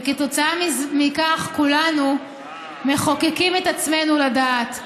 וכתוצאה מכך כולנו מחוקקים את עצמנו לדעת.